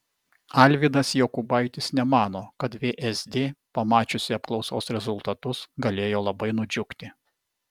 alvydas jokubaitis nemano kad vsd pamačiusi apklausos rezultatus galėjo labai nudžiugti